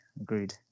Agreed